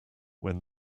when